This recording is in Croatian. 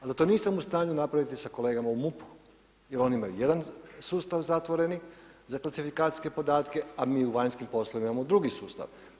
A da to niste u stanju napraviti sa kolegama u MUP-u jer oni imaju jedan sustav zatvoreni za klasifikacijske podatke, a mi u vanjskim poslovima imamo drugi sustav.